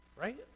right